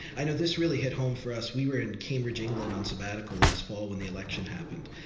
i know this really hit home for us. we were in cambridge england on sabbatical last fall when the election happened,